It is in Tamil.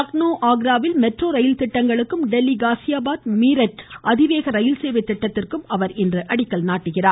லக்னோ ஆக்ராவில் மெட்ரோ ரயில் திட்டங்களுக்கும் டெல்லி காஸியாபாத் மீரட் அதிவேக ரயில்சேவை திட்டத்திற்கும் அவர் இன்று அடிக்கல் நாட்டுகிறார்